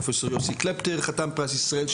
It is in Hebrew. פרופ' יוסי קלפטר חתן פרס ישראל,